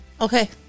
Okay